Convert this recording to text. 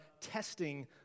testing